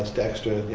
dexter.